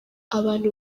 abantu